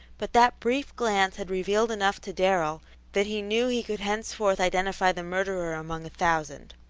but that brief glance had revealed enough to darrell that he knew he could henceforth identify the murderer among a thousand.